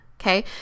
Okay